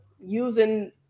using